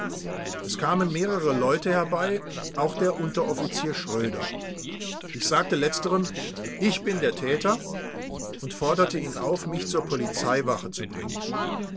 es kamen mehrere leute herbei auch der unteroffizier schröder ich sagte letzterem ich bin der täter und forderte ihn auf mich zur polizeiwache zu bringen